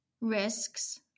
risks